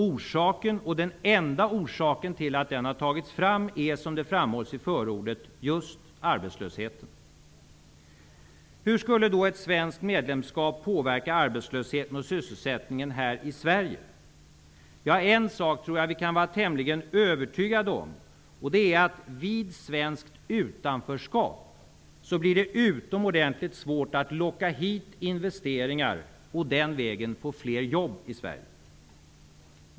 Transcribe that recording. Orsaken -- och den enda orsaken -- till att den har tagits fram är, som det framhålls i förordet, just arbetslösheten. Hur skulle då ett svenskt medlemskap påverka arbetslösheten och sysselsättningen här i Sverige? Jag tror att vi kan vara tämligen övertygade om en sak. Det är att vid svenskt utanförskap blir det utomordentligt svårt att locka hit investeringar och den vägen få fler jobb i Sverige.